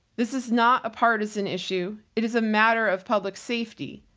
this is not a partisan issue. it is a matter of public safety.